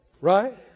Right